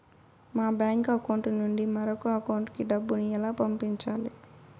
మా bank account నుండి మరొక అకౌంట్ కు డబ్బును ఎలా పంపించాలి